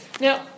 Now